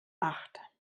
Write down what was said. acht